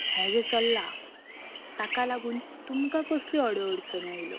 हें जें चल्लां ताका लागून तुमकां कसल्यो अडी अडचण्यो आयल्यो